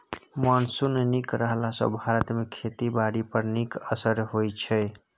monsoon नीक रहला सँ भारत मे खेती बारी पर नीक असिर होइ छै